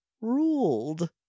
ruled